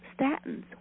statins